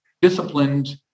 disciplined